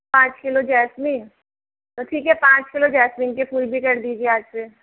पाँच kilo jasmine तो ठीक है पाँच किलो जैस्मिन के फूल भी कर दीजिए आज से